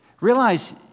Realize